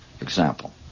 example